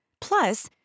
Plus